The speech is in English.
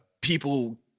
people